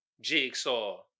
Jigsaw